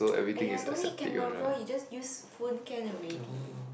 !aiya! don't need camera you just use phone can already